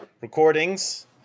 recordings